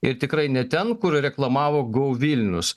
ir tikrai ne ten kur reklamavo go vilnius